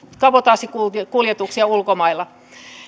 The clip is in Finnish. kabotaasikuljetuksia ulkomailla